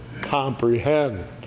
comprehend